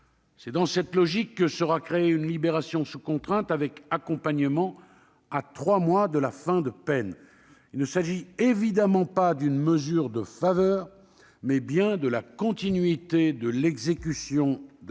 C'est dans cette optique que sera créée une libération sous contrainte, avec un accompagnement à trois mois de la fin de la peine. Il ne s'agit évidemment pas d'une mesure de faveur, mais bien du prolongement de l'exécution de la peine